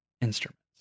instruments